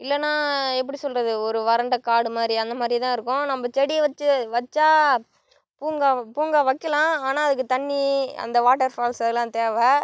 இல்லைனா எப்படி சொல்வது ஒரு வறண்ட காடு மாதிரி அந்த மாதிரி தான் இருக்கும் நம்ப செடி வச்சு வச்சால் பூங்கா பூங்கா வைக்கலாம் ஆனால் அதுக்கு தண்ணி அந்த வாட்டர் ஃபால்ஸலாம் தேவை